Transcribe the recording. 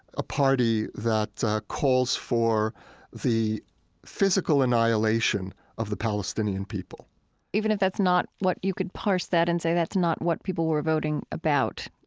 a party that calls for the physical annihilation of the palestinian people even if that's not what you could parse that and say that's not what people were voting about.